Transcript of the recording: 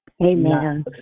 Amen